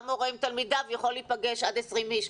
גם מורה עם תלמידיו יכול להיפגש עד 20 אנשים.